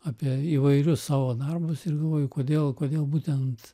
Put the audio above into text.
apie įvairius savo darbus ir galvoju kodėl kodėl būtent